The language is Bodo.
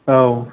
औ